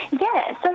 Yes